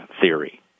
theory